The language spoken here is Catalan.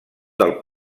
del